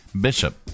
Bishop